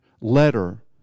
letter